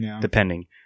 depending